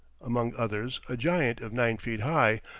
among others a giant of nine feet high,